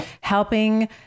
helping